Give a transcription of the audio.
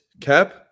cap